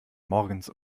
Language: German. morgens